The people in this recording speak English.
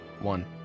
one